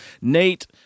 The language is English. Nate